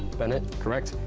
bennett. correct.